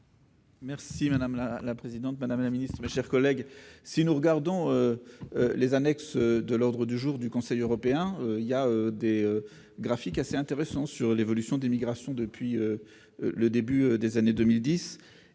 Madame la présidente, madame la ministre, mes chers collègues, les annexes de l'ordre du jour du Conseil européen comportent des graphiques intéressants sur l'évolution des migrations depuis le début des années 2010